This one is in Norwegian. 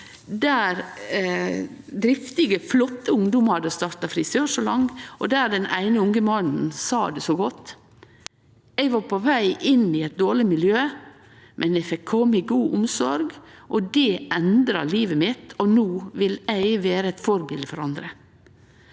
om driftige, flotte ungdomar som hadde starta frisørsalong, og der den eine unge mannen sa det så godt: Eg var på veg inn i eit dårleg miljø, men eg fekk kome i god omsorg. Det endra livet mitt, og no vil eg vere eit forbilde for andre.